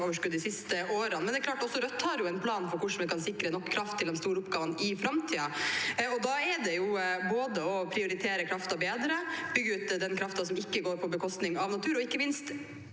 kraftoverskudd de siste årene, men det er klart at også Rødt har en plan for hvordan vi kan sikre nok kraft til de store oppgavene i framtiden. Da gjelder det både å prioritere kraften bedre, bygge ut den kraften som ikke går på bekostning av natur, og ikke minst